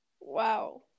Wow